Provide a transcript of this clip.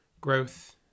growth